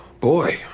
Boy